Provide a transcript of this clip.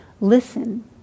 listen